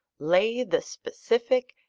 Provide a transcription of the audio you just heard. lay the specific,